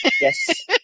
Yes